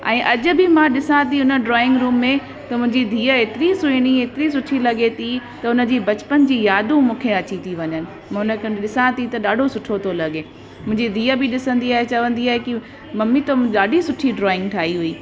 ऐं अॼु बि मां ॾिसां थी उन ड्रॉइंग रुम में त मुंहिंजी धीअ एतिरी सुहिणि एतिरी सुठी लॻे थी त हुन जे बचपन जी यादूं मूंखे अचे थी वञनि म उन खे ॾिसां थी त ॾाढो सुठो थो लॻे मुंहिंजी धीअ बि ॾिसंदी आहे चवंदी आहे कि मम्मी तुम ॾाढी सुठी ड्रॉईंग ठाही हुई